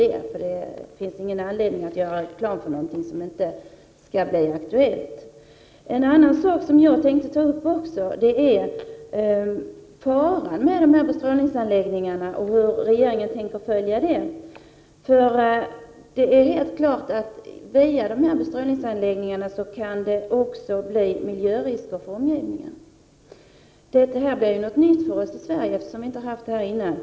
Det finns ingen anledning att göra reklam för någonting som inte kan bli aktuellt. En annan fråga gäller faran med bestrålningsanläggningarna. Hur tänker regeringen följa upp detta? På grund av dessa bestrålningsanläggningar kan det också uppstå miljörisker för omgivningen. Detta kommer att bli ett nytt problem för oss i Sverige, eftersom vi inte har haft det tidigare.